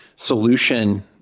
solution